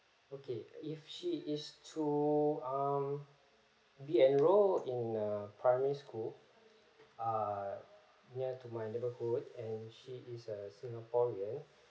okay if she is to um be enrolled in a primary school ah near to my neighbourhood and she is a singaporean